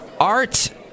art